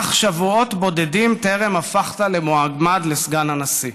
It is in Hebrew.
אך שבועות בודדים בטרם הפכת למועמד לסגן הנשיא.